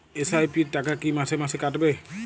SIP র টাকা কী মাসে মাসে কাটবে?